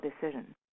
decision